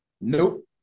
Nope